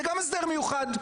זה גם הסדר מיוחד.